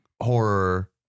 horror